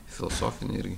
filosofinė ir